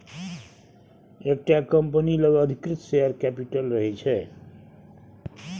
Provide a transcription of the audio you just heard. एकटा कंपनी लग अधिकृत शेयर कैपिटल रहय छै